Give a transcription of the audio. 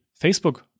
Facebook